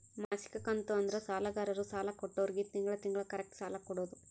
ಮಾಸಿಕ ಕಂತು ಅಂದ್ರ ಸಾಲಗಾರರು ಸಾಲ ಕೊಟ್ಟೋರ್ಗಿ ತಿಂಗಳ ತಿಂಗಳ ಕರೆಕ್ಟ್ ಸಾಲ ಕೊಡೋದ್